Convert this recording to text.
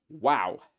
wow